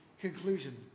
conclusion